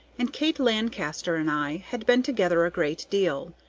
and kate lancaster and i had been together a great deal,